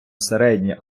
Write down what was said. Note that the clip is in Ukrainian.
середня